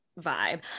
vibe